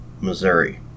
Missouri